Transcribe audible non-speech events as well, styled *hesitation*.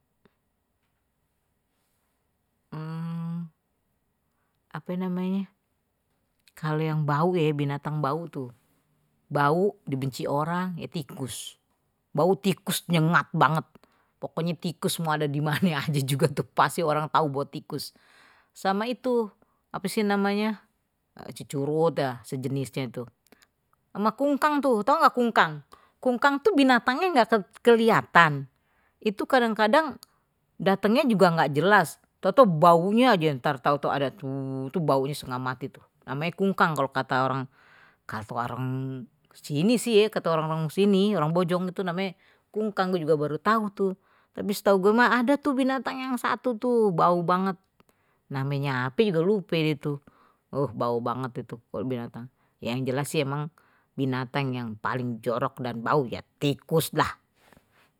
*hesitation* apa namanye kalau yang bau ya binatang bau tuh bau dibenci orang, ye tikus bau tikus nyengat banget pokoknya tikus semua orang tahu, *laughs* ada di mana aja juga tuh pasti orang tahu bau tikus sama itu cecurut sejenisnye, apa sih namanya kungkang kungkang tuh binatangnya nggak kelihatan itu kadang-kadang datangnya juga nggak jelas tau tuh baunya aja entar tahu tuh ada tuh baunya setengah mati itu namanya kungkang kalau kata orang ini sih kata orang-orang sini orang bojong itu namanya kungkang juga baru tahu tuh tapi setahu gua mah ada tuh binatang yang satu tuh bau banget namanya ape juga lupa itu oh bau banget itu binatang yang jelas sih emang binatang yang paling jorok dan bau ya tikus lah.